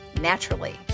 naturally